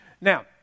Now